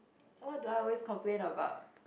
what do I always complain about